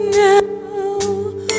now